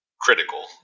critical